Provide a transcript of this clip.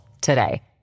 today